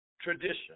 tradition